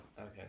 Okay